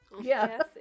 Yes